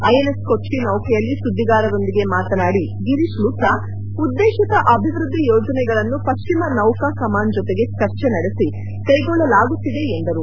INS Kochi ನೌಕೆಯಲ್ಲಿ ಸುದ್ದಿಗಾರರೊಂದಿಗೆ ಮಾತನಾಡಿದ ಗಿರೀಶ್ ಲೂಥಾ ಉದ್ದೇಶಿತ ಅಭಿವೃದ್ಧಿ ಯೋಜನೆಗಳನ್ನು ಪಶ್ಚಿಮ ನೌಕಾ ಕಮಾಂಡ್ ಜತೆಗೆ ಚರ್ಚೆ ನಡೆಸಿ ಕೈಗೊಳ್ಳಲಾಗುತ್ತಿದೆ ಎಂದರು